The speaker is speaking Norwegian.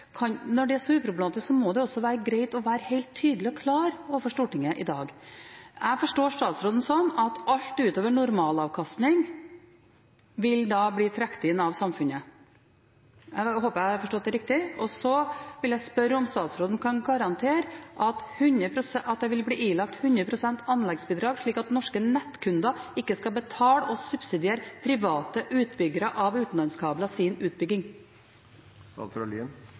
det var tidligere, må det også være greit å være helt tydelig og klar overfor Stortinget i dag. Jeg forstår statsråden slik at alt utover normalavkastning vil bli trukket inn av samfunnet. Jeg håper jeg har forstått det riktig. Så vil jeg spørre om statsråden kan garantere at det vil bli ilagt 100 pst. anleggsbidrag, slik at norske nettkunder ikke skal betale og subsidiere private utbyggeres utbygging av utenlandskabler.